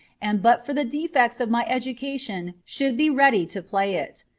and but for the defects of my education should be ready to play it.